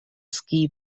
ski